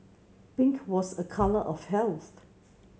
pink was a colour of health